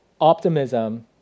Optimism